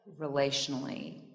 relationally